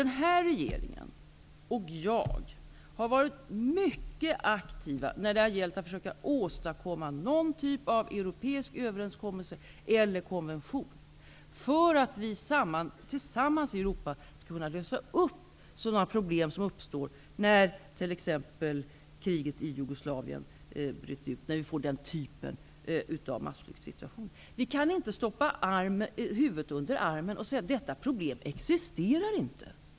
Den borgerliga regeringen och jag har varit mycket aktiva när det gällt att försöka åstadkomma någon typ av europeiskt överenskommelse eller konvention, så att vi i Europa tillsammans skall kunna lösa problem som uppstår när den typen av massflyktsituation uppstår som den i kriget i Jugoslavien. Vi kan inte stoppa huvudet i sanden och säga att detta problem inte existerar.